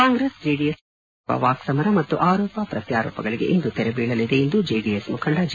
ಕಾಂಗ್ರೆಸ್ ಜೆಡಿಎಸ್ ನಾಯಕರ ನಡುವೆ ನಡೆಯುತ್ತಿರುವ ವಾಕ್ಸಮರ ಮತ್ತು ಆರೋಪ ಪ್ರತ್ಯಾರೋಪಗಳಿಗೆ ಇಂದು ತೆರೆಬೀಳಲಿದೆ ಎಂದು ಜೆಡಿಎಸ್ ಮುಖಂಡ ಜಿ